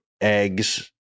eggs